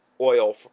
oil